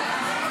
נגמר.